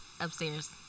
upstairs